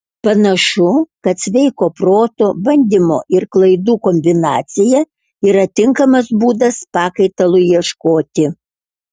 panašu kad sveiko proto bandymo ir klaidų kombinacija yra tinkamas būdas pakaitalui ieškoti